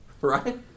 right